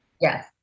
Yes